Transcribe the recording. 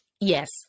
Yes